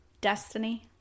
Destiny